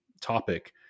topic